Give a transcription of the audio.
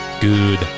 good